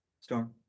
Storm